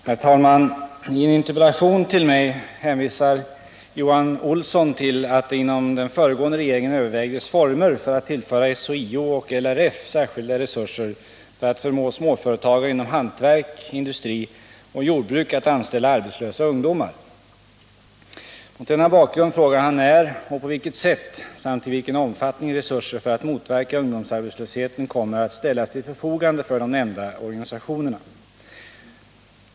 Herr talman! I en interpellation till mig hänvisar Johan Olsson till att det inom den föregående regeringen övervägdes former för att tillföra SHIO och LRF särskilda resurser för att förmå småföretagare inom hantverk, industri och jordbruk att anställa arbetslösa ungdomar. Mot denna bakgrund frågar han när och på vilket sätt samt i vilken omfattning resurser för att motverka ungdomsarbetslösheten kommer att ställas till förfogande för de nämnda organisationerna.